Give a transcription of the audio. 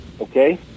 Okay